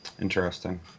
interesting